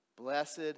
Blessed